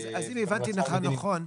אם הבנתי אותך נכון,